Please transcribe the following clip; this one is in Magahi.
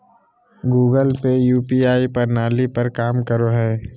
गूगल पे यू.पी.आई प्रणाली पर काम करो हय